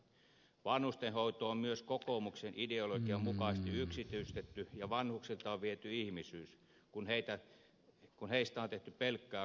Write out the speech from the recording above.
vanhustenhoito on myös kokoomuksen ideologian mukaisesti yksityistetty ja vanhuksilta on viety ihmisyys kun heistä on tehty pelkkää kauppatavaraa